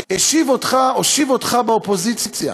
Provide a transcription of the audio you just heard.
הושיב אותך באופוזיציה.